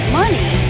money